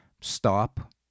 stop